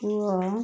ପୁଅ